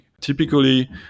Typically